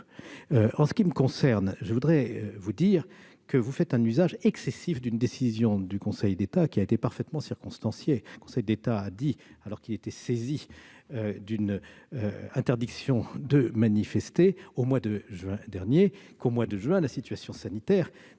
En ce qui me concerne, je voudrais vous dire que vous faites un usage excessif d'une décision du Conseil d'État qui était parfaitement circonstanciée. Le Conseil d'État a dit en effet, alors qu'il était saisi d'une interdiction de manifester, au mois de juin dernier, que la situation sanitaire